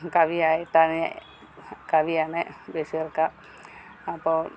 കവിയായിട്ടാണ് കവിയാണ് ബഷീറിക്ക അപ്പോൾ